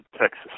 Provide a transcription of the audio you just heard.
Texas